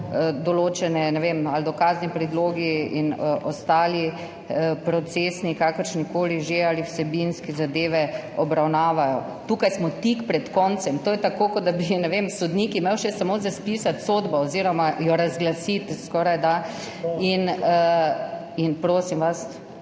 določeni, ne vem, dokazni predlogi in ostali, procesni, kakršnikoli že, ali vsebinske zadeve, obravnavajo. Tukaj smo tik pred koncem. To je tako, kot da bi, ne vem, sodnik imel še samo spisati sodbo oziroma jo razglasiti, skorajda – prosim vas,